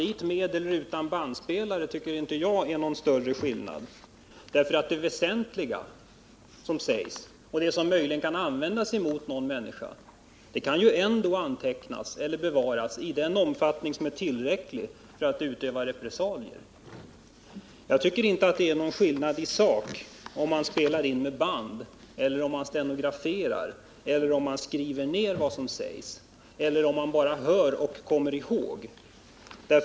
Att gå dit utan bandspelare tycker jag inte är någon större skillnad, för det väsentliga som sägs och som möjligen kan användas emot en person kan ju ändå antecknas eller bevaras i den omfattning som är tillräcklig för att man skall kunna utöva repressalier. Jag tycker inte att det är någon skillnad i sak om man spelar in vad som sägs på ett band, om man stenograferar eller på annat sätt skriver ner vad som sägs eller om man bara hör och kommer ihåg det.